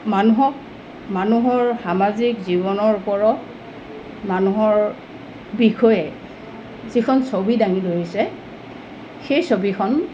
মানুহক মানুহৰ সামাজিক জীৱনৰ ওপৰত মানুহৰ বিষয়ে যিখন ছবি দাঙি ধৰিছে সেই ছবিখন